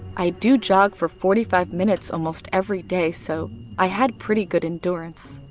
i do jog for forty five minutes almost every day, so i had pretty good endurance.